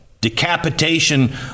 Decapitation